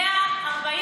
בוחרי פריימריז.